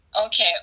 Okay